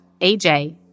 AJ